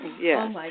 yes